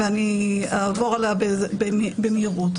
ואני אעבור עליה במהירות.